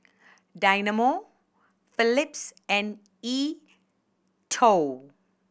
Dynamo Phillips and E Twow